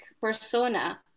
persona